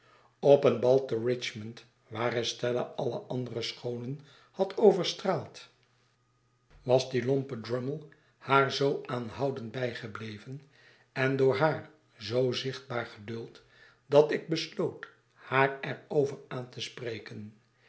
op een bal te richmond waar estella alle andere schoonen had overstraald was die lompe drummle haar zoo aanhoudend bijgebleven en door haar zoo zichtbaar geduld dat ik besloot haar er over aan te spreken